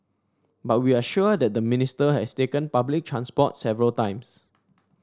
but we are sure that the Minister has taken public transport several times